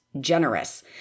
generous